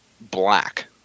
black